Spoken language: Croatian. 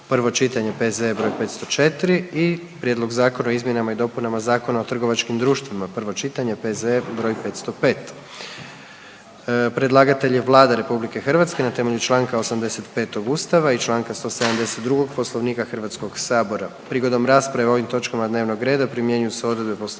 prvo čitanje, P.Z.E. br. 504. i - Prijedlog zakona o izmjenama i dopunama Zakona o trgovačkim društvima, prvo čitanje, P.Z.E. br. 505. Predlagatelj je Vlada RH na temelju čl. 85. Ustava i čl. 172. Poslovnika Hrvatskoga sabora. Prigodom rasprave o ovoj točki dnevnog reda primjenjuju se odredbe Poslovnika